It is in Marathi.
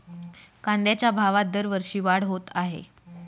कांद्याच्या भावात दरवर्षी वाढ होत आहे